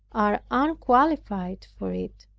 are unqualified for it.